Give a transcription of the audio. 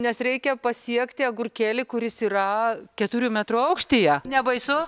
nes reikia pasiekti agurkėlį kuris yra keturių metrų aukštyje nebaisu